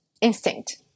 instinct